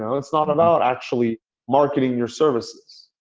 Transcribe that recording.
and it's not about actually marketing your services.